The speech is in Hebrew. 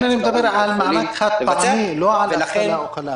אני מדבר על מענק חד-פעמי לא על אבטלה או חל"ת.